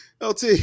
LT